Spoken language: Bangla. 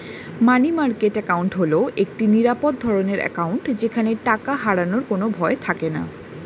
মানি মার্কেট অ্যাকাউন্ট হল একটি নিরাপদ ধরনের অ্যাকাউন্ট যেখানে টাকা হারানোর কোনো ভয় থাকেনা